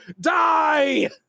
die